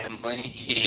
family